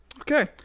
okay